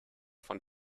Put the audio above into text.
von